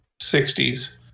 60s